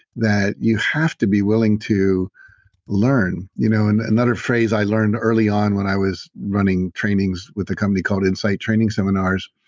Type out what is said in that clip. that you have to be willing to learn. you know and another phrase. i learned early on when i was running trainings with the company called insight training seminars,